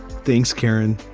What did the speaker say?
thanks, karen.